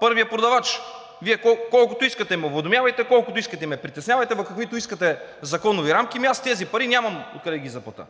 първия продавач. Вие колкото искате ме уведомявайте, колкото искате ме притеснявайте, каквито искате законови рамки, ами аз тези пари нямам откъде да ги заплатя.